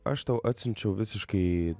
aš tau atsiunčiau visiškai